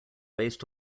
based